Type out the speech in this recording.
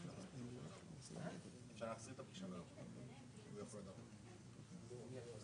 אחרי המילה 'ישראל' יבוא 'במקרים